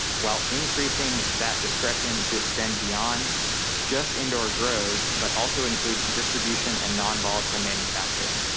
while increasing that discretion to extend beyond just indoor grows, but also include distribution and non-volatile manufacturing.